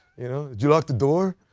you know did you lock the door?